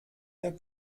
der